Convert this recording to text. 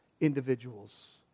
individuals